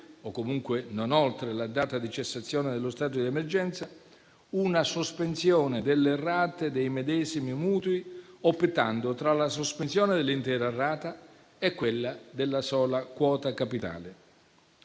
o comunque non oltre la data di cessazione dello stato di emergenza, una sospensione delle rate dei medesimi mutui, optando tra la sospensione dell'intera rata e quella della sola quota capitale.